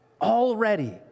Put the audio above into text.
Already